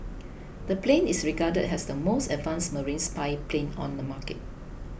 the plane is regarded has the most advanced marine spy plane on the market